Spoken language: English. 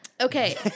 Okay